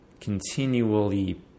continually